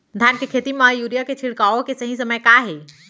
धान के खेती मा यूरिया के छिड़काओ के सही समय का हे?